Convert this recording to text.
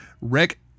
Rick